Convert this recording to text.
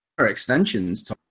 extensions